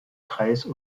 kreis